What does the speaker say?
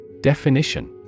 Definition